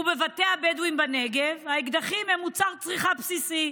ובבתי הבדואים בנגב האקדחים הם מוצר צריכה בסיסי,